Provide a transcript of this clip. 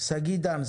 שגיא דגן,